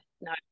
no